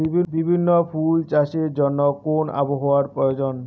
বিভিন্ন ফুল চাষের জন্য কোন আবহাওয়ার প্রয়োজন?